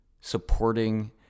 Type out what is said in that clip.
supporting